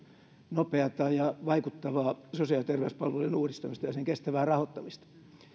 nopeata ja vaikuttavaa sosiaali ja terveyspalveluiden uudistamista ja sen kestävää rahoittamista